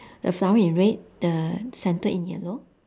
the flower in red the centre in yellow